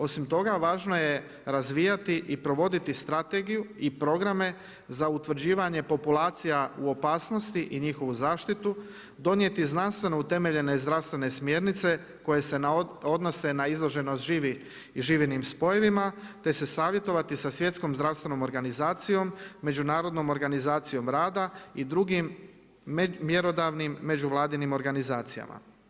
Osim toga, važno je razvijati i provoditi strategiju i programe za utvrđivanje populacija u opasnosti i njihovu zaštitu, donijeti znanstveno utemeljene i zdravstvene smjernice koje se odnose na izloženost žive i živinim spojevima te se savjetovati sa Svjetskom zdravstvenom organizacijom, Međunarodnom organizacijom rada i drugim mjerodavnim međuvladinim organizacijama.